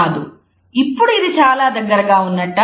కాదు ఇప్పుడు ఇది చాలా దగ్గరగా ఉన్నట్టా